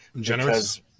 Generous